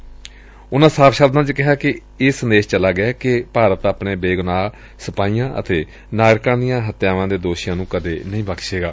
ਪਰ ਉਨੂਾ ਸਾਫ਼ ਸ਼ਬਦਾਂ ਚ ਕਿਹਾ ਕਿ ਇਹ ਸੰਦੇਸ਼ ਚੱਲਾ ਗਿਐ ਕਿ ਭਾਰਤ ਆਪਣੇ ਬੇਗੁਨਾਹ ਸਿਪਾਹੀਆਂ ਅਤੇ ਨਾਗਰਿਕਾਂ ਦੀਆਂ ਹਤਿਆਵਾਂ ਦੇ ਦੋਸ਼ੀਆਂ ਨੂੰ ਕਦੇ ਨਹੀਂ ਬਖਸ਼ੇਗਾ